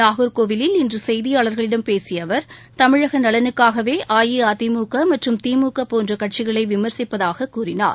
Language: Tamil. நாக்கோவிலில் இன்று செய்தியாளர்களிடம் பேசிய அவர் தமிழக நலனுக்காகவே அஇஅதிமுக மற்றும் திமுக போன்ற கட்சிகளை விமர்சிப்பதாகக் கூறினார்